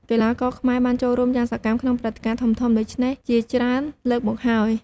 កីឡាករខ្មែរបានចូលរួមយ៉ាងសកម្មក្នុងព្រឹត្តិការណ៍ធំៗដូច្នេះជាច្រើនលើកមកហើយ។